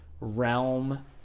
realm